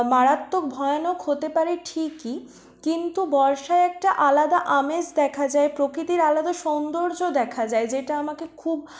মারাত্মক ভয়ানক হতে পারে ঠিকই কিন্তু বর্ষায় একটা আলাদা আমেজ দেখা যায় প্রকৃতির আলাদা সৌন্দর্য দেখা যায় যেটা আমাকে খুব